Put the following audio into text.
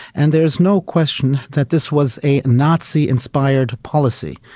and there is no question that this was a nazi inspired policy.